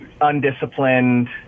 undisciplined